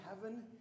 heaven